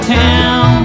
town